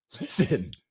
Listen